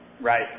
Right